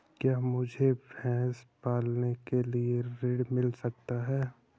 क्या मुझे भैंस पालने के लिए ऋण मिल सकता है?